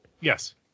Yes